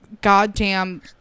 goddamn